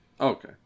okay